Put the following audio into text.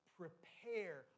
prepare